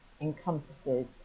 encompasses